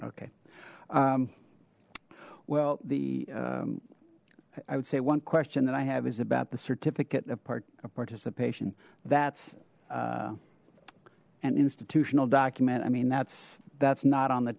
okay well the i would say one question that i have is about the certificate of participation that's an institutional document i mean that's that's not on the